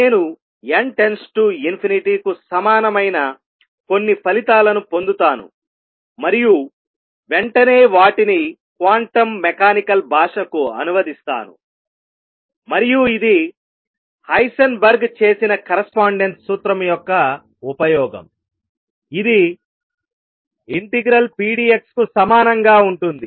నేను n→ ∞ కు సమానమైన కొన్ని ఫలితాలను పొందుతాను మరియు వెంటనే వాటిని క్వాంటం మెకానికల్ భాషకు అనువదిస్తాను మరియు ఇది హైసెన్బర్గ్ చేసిన కరస్పాండెన్స్ సూత్రం యొక్క ఉపయోగంఇది ∫pdx కు సమానంగా ఉంటుంది